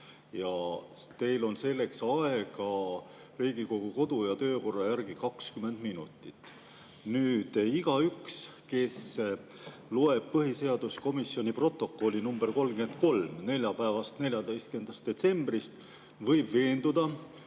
ja teil on selleks Riigikogu kodu- ja töökorra järgi aega 20 minutit. Nüüd, igaüks, kes loeb põhiseaduskomisjoni [istungi] protokolli nr 33 neljapäevast, 14. detsembrist, võib veenduda,